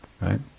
Right